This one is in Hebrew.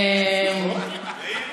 יאיר,